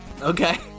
Okay